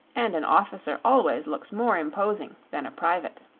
and an officer always looks more imposing than a private.